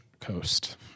Coast